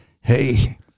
hey